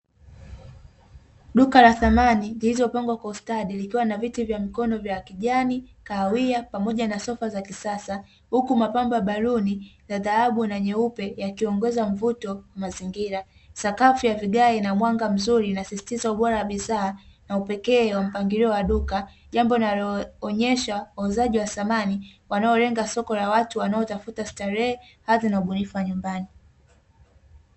Duka la samani zilizopangwa kwa ustadi, likiwa na viti vya mkono vya kijani, kahawia, pamoja na sofa za kisasa, huku mapambo ya baluni ya dhahabu na nyeupe, yakiongeza mvuto wa mazingira. Sakafu ya vigae ina mwanga mzuri inasisitiza ubora wa bidhaa na upekee wa mpangilio wa duka, jambo linalo onyesha wauzaji wa samani wanaolenga soko la watu wanaotafuta starehe, hadhi na ubunifu wa nyumbani.